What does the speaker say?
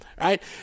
right